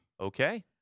Okay